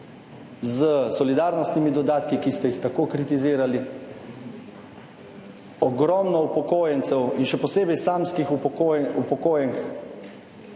s solidarnostnimi dodatki, ki ste jih tako kritizirali. Ogromno upokojencev in še posebej samskih upokojenk